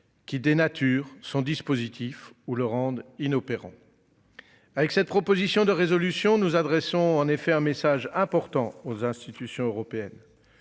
Qui dénature son dispositif ou le rendre inopérant. Avec cette proposition de résolution nous adressons en effet un message important aux institutions européennes.